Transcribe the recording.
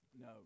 no